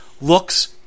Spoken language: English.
looks